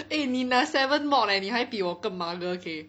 eh 你拿 seven mods eh 你还比我更 mugger okay